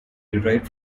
derived